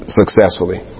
successfully